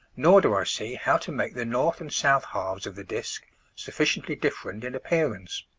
nor do i see how to make the north and south halves of the disc sufficiently different in appearance.